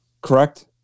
correct